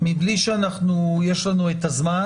מבלי שיש לנו את הזמן,